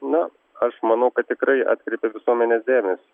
na aš manau kad tikrai atkreipė visuomenės dėmesį